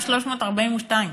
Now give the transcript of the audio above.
מ-2,342.